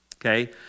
Okay